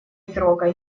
трогай